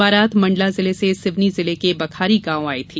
बारात मंडला जिले से सिवनी जिले के बखारी गांव आई थी